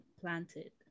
planted